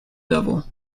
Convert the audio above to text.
devil